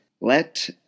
Let